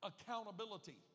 accountability